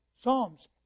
psalms